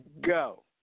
go